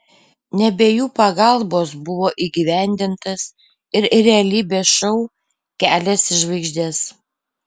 ne be jų pagalbos buvo įgyvendintas ir realybės šou kelias į žvaigždes